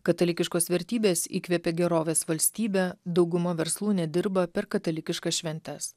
katalikiškos vertybės įkvepia gerovės valstybę dauguma verslų nedirba per katalikiškas šventes